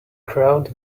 crowd